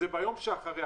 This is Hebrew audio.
זה ביום שאחרי.